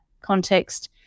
context